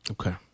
Okay